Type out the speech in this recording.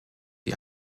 die